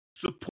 Support